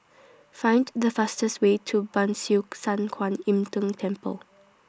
Find The fastest Way to Ban Siew San Kuan Im Tng Temple